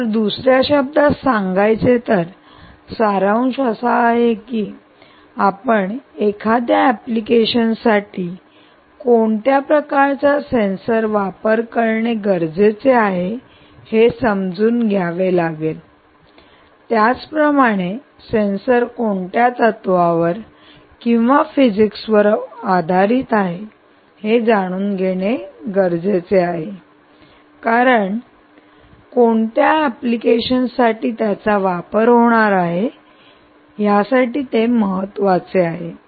तर दुसर्या शब्दांत सांगायचे तर सारांश असा आहे की आपण एखाद्या एप्लीकेशन साठी कोणत्या प्रकारच्या सेन्सरचा वापर करणे गरजेचे आहे हे समजून घ्यावे लागेल त्याच प्रमाणे सेन्सर कोणत्या तत्त्वावर आणि फिजिक्स वर आधारित आहे हे जाणून घेणे गरजेचे आहे कारण कोणत्या एप्लीकेशन साठी त्याचा वापर होणार आहे यासाठी ते महत्त्वाचे आहे